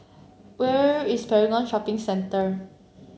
where is Paragon Shopping Centre